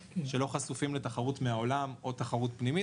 שלא חשופים לתחרות מהעולם או תחרות פנימית,